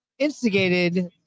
instigated